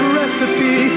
recipe